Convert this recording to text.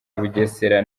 bugesera